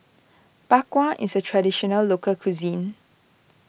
Bak Kwa is a Traditional Local Cuisine